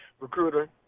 recruiter